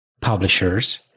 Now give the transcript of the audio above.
publishers